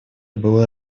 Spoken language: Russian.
был